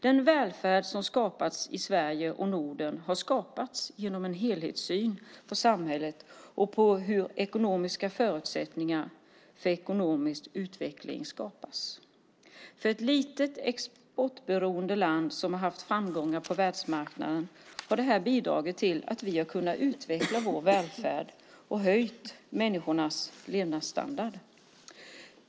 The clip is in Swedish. Den välfärd som skapats i Sverige och Norden har skapats genom en helhetssyn på samhället och på hur förutsättningar för ekonomisk utveckling skapas. För ett litet exportberoende land som har haft framgångar på världsmarknaden har detta bidragit till att vi har kunnat utveckla vår välfärd och höja människornas levnadsstandard.